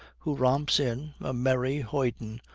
who romps in, a merry hoyden,